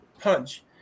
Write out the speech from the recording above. punch